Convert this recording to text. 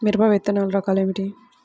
మిరప విత్తనాల రకాలు ఏమిటి?